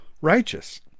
righteous